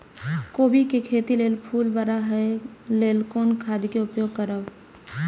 कोबी के खेती लेल फुल बड़ा होय ल कोन खाद के उपयोग करब?